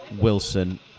Wilson